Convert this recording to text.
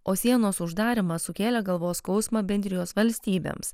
o sienos uždarymas sukėlė galvos skausmą bendrijos valstybėms